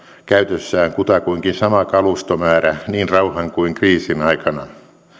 käytössään kutakuinkin sama kalustomäärä niin rauhan kuin kriisin aikana